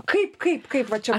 kaip kaip kaip va čia